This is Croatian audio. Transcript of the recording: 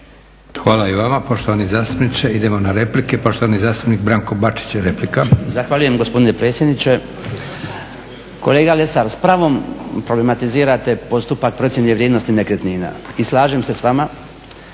Hvala i vama poštovani zastupniče. Idemo na replike. Poštovani zastupnik Branko Bačić, replika. **Bačić, Branko (HDZ)** Zahvaljujem gospodine predsjedniče. Kolega Lesar, s pravom problematizirate postupak procjene vrijednosti nekretnina i slažem se s vama